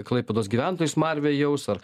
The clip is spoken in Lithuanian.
klaipėdos gyventojai smarvę jaus ar